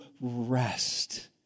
rest